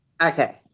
Okay